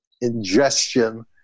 ingestion